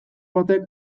batek